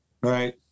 Right